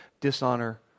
dishonor